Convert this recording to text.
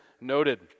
noted